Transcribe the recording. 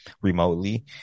remotely